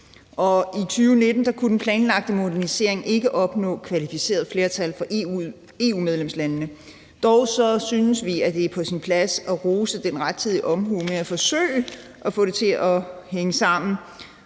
Og den planlagte modernisering fra 2019 kunne ikke opnå kvalificeret flertal blandt EU-medlemslandene. Dog synes vi, det er på sin plads at rose den rettidige omhu med at forsøge at få det til at hænge sammen,